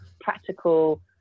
practical